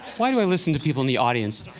why do i listen to people in the audience?